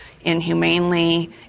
inhumanely